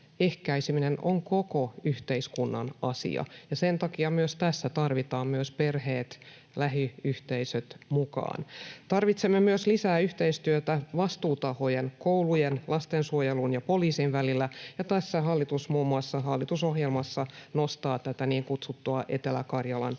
ehkäiseminen on koko yhteiskunnan asia, ja sen takia tässä tarvitaan myös perheet, lähiyhteisöt mukaan. Tarvitsemme myös lisää yhteistyötä vastuutahojen — koulujen, lastensuojelun ja poliisin — välillä, ja tässä hallitus muun muassa hallitusohjelmassa nostaa tätä niin kutsuttua Etelä-Karjalan mallia.